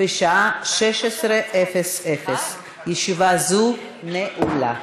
בשעה 16:00. ישיבה זו נעולה.